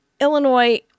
Illinois